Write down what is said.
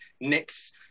Nick's